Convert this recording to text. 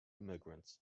immigrants